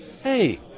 Hey